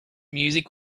music